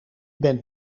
bent